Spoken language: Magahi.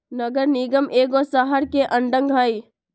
नगर निगम एगो शहरके अङग हइ